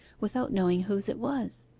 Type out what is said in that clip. without knowing whose it was.